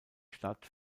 stadt